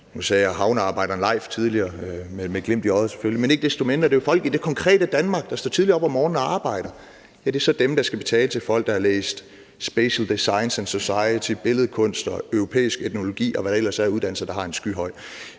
som jeg nævnte tidligere, selvfølgelig med et glimt i øjet, men ikke desto mindre er det jo helt konkret folk i Danmark, der står tidligt op om morgenen og går på arbejde, der skal betale til folk, der har læst spatial designs and society, billedkunst eller europæisk etnologi, og hvad der ellers er af uddannelser, der har en skyhøj